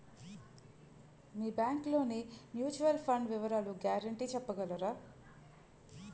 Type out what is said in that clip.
మీ bank లోని mutual fund వివరాల guarantee చెప్పగలరా?